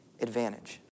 advantage